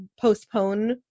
postpone